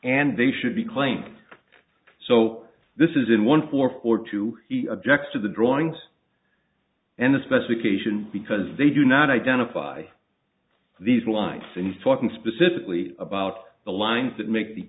and they should be claimed so this is in one form or two he objects to the drawings and the specification because they do not identify these lights and talking specifically about the lines that make the